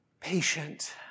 patient